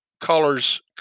colors